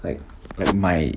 like like my